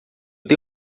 dei